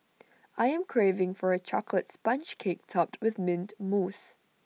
I am craving for A Chocolate Sponge Cake Topped with Mint Mousse